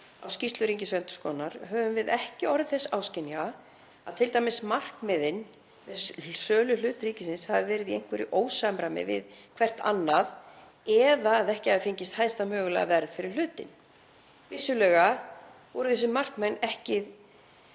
á skýrslu Ríkisendurskoðunar höfum við ekki orðið þess áskynja að t.d. markmiðin með sölu á hlut ríkisins hafi verið í einhverju ósamræmi við hvert annað eða að ekki hafi fengist hæsta mögulega verð fyrir hlutinn. Vissulega voru þessi markmið ekki